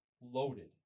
loaded